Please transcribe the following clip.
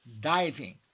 dieting